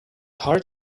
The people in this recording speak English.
hard